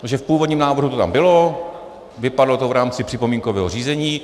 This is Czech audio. V původním návrhu to bylo, vypadlo to v rámci připomínkového řízení.